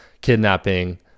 kidnapping